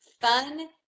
fun